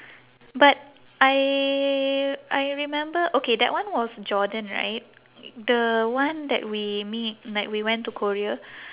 but I I remember okay that one was jordan right the one that we me like we went to korea